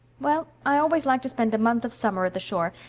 well, i always like to spend a month of summer at the shore,